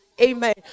amen